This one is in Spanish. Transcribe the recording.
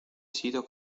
sido